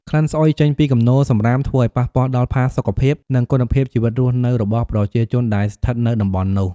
ក្លិនស្អុយចេញពីគំនរសំរាម ធ្វើឲ្យប៉ះពាល់ដល់ផាសុខភាព និងគុណភាពជីវិតរស់នៅរបស់ប្រជាជនដែលស្ថិតនៅតំបន់នោះ។